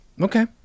Okay